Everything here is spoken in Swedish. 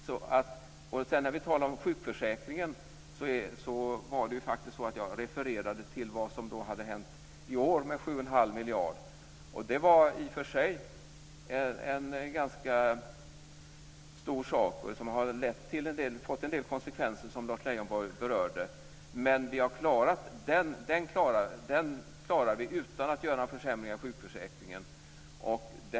Sedan talade vi om sjukförsäkringen. Jag refererade till vad som hade hänt i år med dessa 7 1⁄2 miljarder. Det var i och för sig en ganska stor sak som har fått en del konsekvenser som Lars Leijonborg berörde. Men vi klarar detta utan att göra någon försämring av sjukförsäkringen.